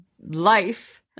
life